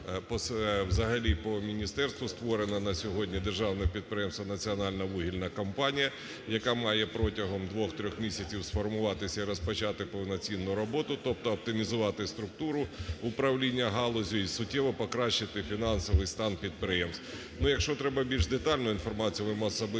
взагалі по міністерству створено на сьогодні державне підприємство "Національна вугільна компанія", яка має протягом 2-3 місяців сформуватися і розпочати повноцінну роботу, тобто оптимізувати структуру управління галузі і суттєво покращити фінансовий стан підприємств. Якщо треба більш детально інформацію, ми особисто